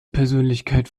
persönlichkeit